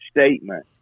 statement